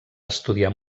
estudiar